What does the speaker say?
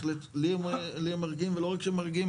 אותי הם מרגיעים ולא רק שהם מרגיעים,